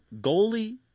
goalie